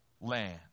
land